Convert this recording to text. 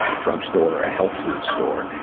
ah drugstore or health food store.